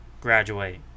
Graduate